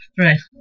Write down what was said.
right